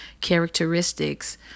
characteristics